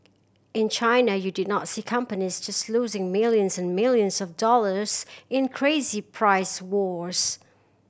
in China you did not see companies just losing millions and millions of dollars in crazy price wars